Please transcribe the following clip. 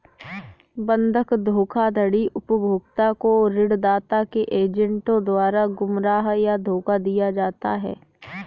बंधक धोखाधड़ी उपभोक्ता को ऋणदाता के एजेंटों द्वारा गुमराह या धोखा दिया जाता है